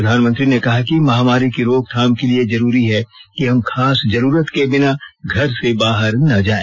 प्रधानमंत्री ने कहा कि महामारी की रोकथाम के लिए जरूरी है कि हम खास जरूरत के बिना घर से बाहर न जाए